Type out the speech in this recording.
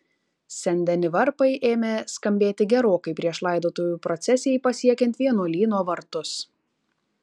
sen deni varpai ėmė skambėti gerokai prieš laidotuvių procesijai pasiekiant vienuolyno vartus